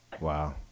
wow